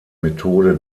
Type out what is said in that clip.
methode